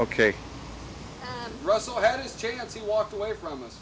ok russell had a chance to walk away from